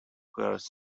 hers